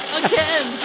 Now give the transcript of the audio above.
again